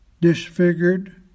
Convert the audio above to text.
disfigured